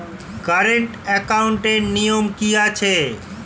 Current একাউন্টের নিয়ম কী আছে?